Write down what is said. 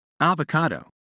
Avocado